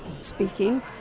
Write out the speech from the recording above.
speaking